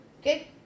okay